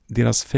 deras